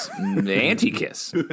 anti-kiss